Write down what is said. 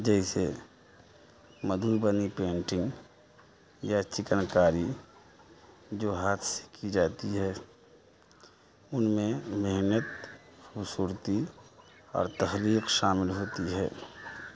جیسے مدھوبنی پینٹنگ یا چکن کاری جو ہاتھ سے کی جاتی ہے ان میں محنت خوبصورتی اور تحلیق شامل ہوتی ہے